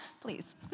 Please